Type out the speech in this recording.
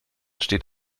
steht